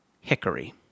Hickory